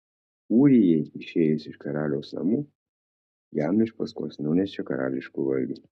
ūrijai išėjus iš karaliaus namų jam iš paskos nunešė karališkų valgių